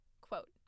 Quote